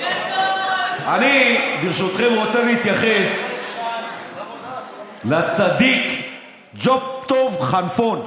אני, ברשותכם, רוצה להתייחס לצדיק ג'וב טוב כלפון.